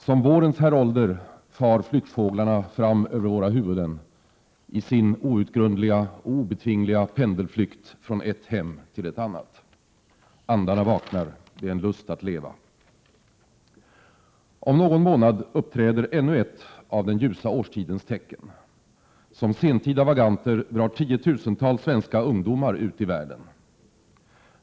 Som vårens härolder drar flyttfåglarna fram över våra huvuden i sin obetvingliga och outgrundliga pendelflykt från ett hem till ett annat. Andarna vaknar och det är en lust att leva. Om någon månad uppträder ännu ett av den ljusa årstidens tecken: som sentida vaganter drar tiotusentals svenska ungdomar ut i världen.